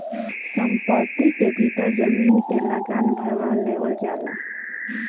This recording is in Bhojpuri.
संपत्ति कर के भीतर जमीन के लागान भारवा लेवल जाला